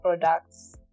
products